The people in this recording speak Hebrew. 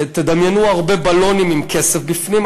תדמיינו הרבה בלונים עם כסף בפנים,